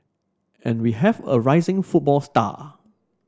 and we have a rising football star